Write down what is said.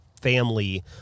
family